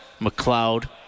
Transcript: mcleod